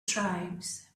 tribes